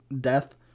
death